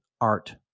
art